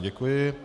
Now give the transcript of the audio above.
Děkuji.